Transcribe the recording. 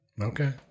Okay